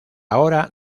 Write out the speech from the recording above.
ahora